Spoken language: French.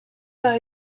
par